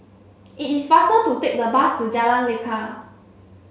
it is faster to take the bus to Jalan Lekar